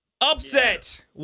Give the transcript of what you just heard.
Upset